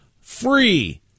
free